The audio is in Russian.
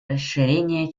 расширения